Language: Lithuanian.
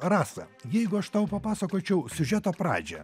rasa jeigu aš tau papasakočiau siužeto pradžią